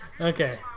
Okay